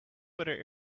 better